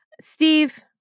Steve